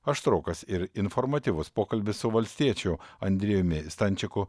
aštrokas ir informatyvus pokalbis su valstiečių andriejumi stančiku